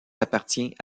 appartient